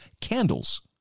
Candles